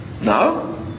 No